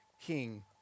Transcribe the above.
king